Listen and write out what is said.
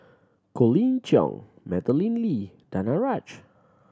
Colin Cheong Madeleine Lee Danaraj